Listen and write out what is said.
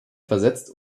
versetzt